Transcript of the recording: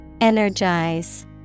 Energize